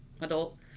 adult